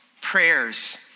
prayers